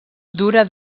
dura